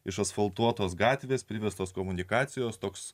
išasfaltuotos gatvės privestos komunikacijos toks